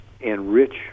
enrich